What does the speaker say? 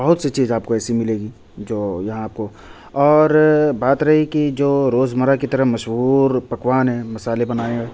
بہت سی چیز آپ کو ایسی ملے گی جو یہاں آپ کو اور بات رہی کی جو روزمرہ کی طرح مشہور پکوان ہے مسالے بنائے